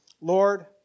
Lord